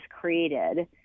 created